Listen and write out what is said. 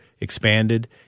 expanded